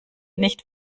nicht